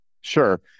Sure